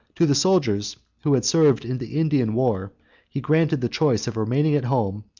to the soldiers who had served in the indian war he granted the choice of remaining at home,